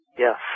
Yes